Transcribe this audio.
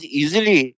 easily